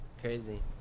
crazy